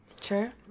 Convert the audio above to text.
sure